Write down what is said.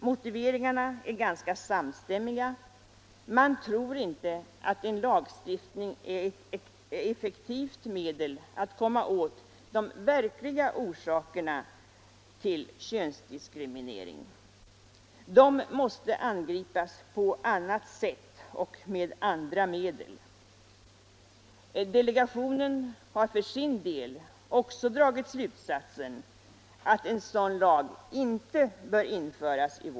Motiveringarna är ganska samstämmiga. Man tror inte att en lagstiftning är ett effektivt medel att komma åt de verkliga orsakerna till könsdiskriminering, utan de måste angripas på annat sätt. Delegationen har för sin del också dragit slutsatsen att en sådan lag inte bör införas.